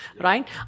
right